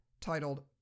titled